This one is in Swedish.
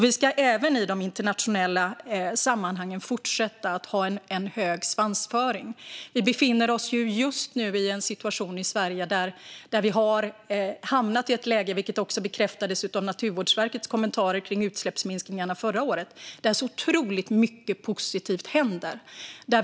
Vi ska även i de internationella sammanhangen fortsätta att ha en hög svansföring. Vi befinner oss just nu i ett läge, vilket också bekräftades av Naturvårdsverkets kommentarer kring utsläppsminskningarna förra året, där otroligt mycket positivt händer i Sverige.